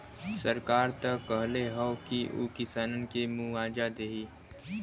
सरकार त कहले हौ की उ किसानन के मुआवजा देही